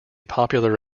popular